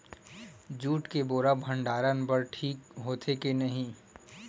Jute के बोरा भंडारण बर ठीक होथे के नहीं?